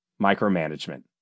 micromanagement